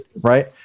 right